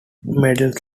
medals